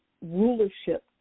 rulership